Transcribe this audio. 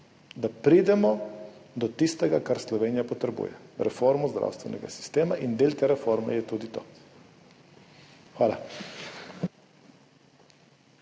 da pridemo do tistega, kar Slovenija potrebuje – reformo zdravstvenega sistema, in del te reforme je tudi to. Hvala.